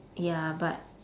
ya but